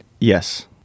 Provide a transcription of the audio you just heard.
Yes